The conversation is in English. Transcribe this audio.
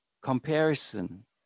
comparison